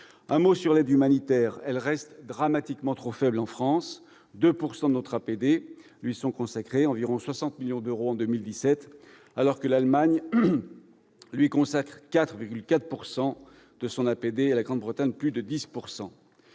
sur l'aide humanitaire. Elle reste dramatiquement trop faible en France : 2 % de notre APD lui sont consacrés, soit environ 60 millions d'euros en 2017, alors que l'Allemagne lui consacre 4,4 % de son APD, et le Royaume-Uni plus de 10 %.